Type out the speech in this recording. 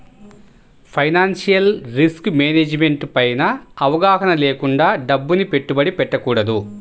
financial risk management పైన అవగాహన లేకుండా డబ్బుని పెట్టుబడి పెట్టకూడదు